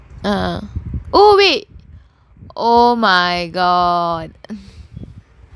oh wait oh my god